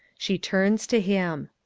she turns to him.